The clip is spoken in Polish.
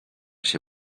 się